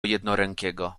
jednorękiego